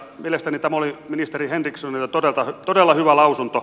mielestäni tämä oli ministeri henrikssonilta todella hyvä lausunto